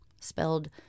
spelled